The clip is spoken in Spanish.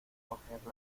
coger